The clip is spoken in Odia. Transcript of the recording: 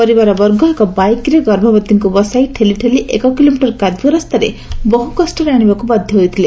ପରିବାର ବର୍ଗ ଏକ ବାଇକ୍ରେ ଗର୍ଭବତୀଙ୍କୁ ବସାଇ ଠେଲି ଠେଲି ଏକ କିଲୋମିଟର କାଦୁଅ ରାସ୍ତାରେ ବହୁ କଷରେ ଆଶିବାକୁ ବାଧ ହୋଇଥିଲେ